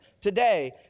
today